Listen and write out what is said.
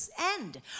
end